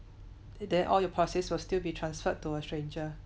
then all your policies will still be transferred to a stranger